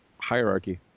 hierarchy